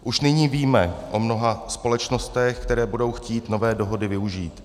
Už nyní víme o mnoha společnostech, které budou chtít nové dohody využít.